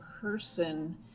person